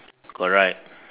correct